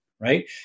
Right